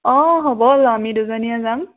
অ হ'ব আমি দুজনীয়ে যাম